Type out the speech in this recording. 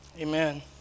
Amen